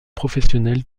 professionnel